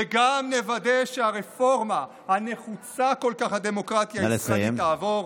וגם נוודא שהרפורמה הנחוצה כל כך לדמוקרטיה הישראלית תעבור.